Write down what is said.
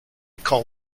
call